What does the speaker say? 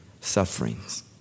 sufferings